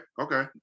okay